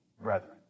brethren